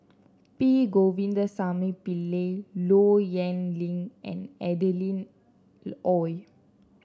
P Govindasamy Pillai Low Yen Ling and Adeline Ooi